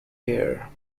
here